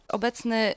obecny